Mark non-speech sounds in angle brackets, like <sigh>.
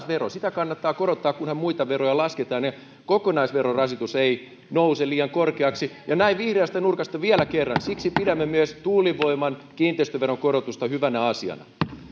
<unintelligible> vero sitä kannattaa korottaa kunhan muita veroja lasketaan eikä kokonaisverorasitus nouse liian korkeaksi ja näin vihreästä nurkasta vielä kerran siksi pidämme myös tuulivoiman kiinteistöveron korotusta hyvänä asiana